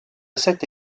cette